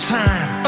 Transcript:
time